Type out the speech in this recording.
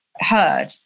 heard